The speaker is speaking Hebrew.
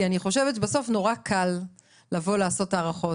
כי אני חושבת שבסוף נורא קל לבוא לעשות הערכות.